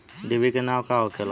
डिभी के नाव का होखेला?